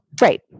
Right